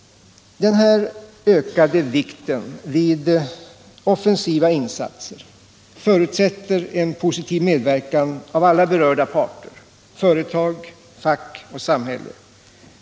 Den ökade vikt som fästs vid offensiva insatser förutsätter en positiv medverkan av alla berörda parter: företag, fack och samhälle.